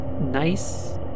Nice